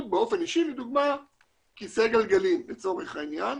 באופן אישי לדוגמה כיסא גלגלים לצורך העניין,